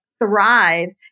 thrive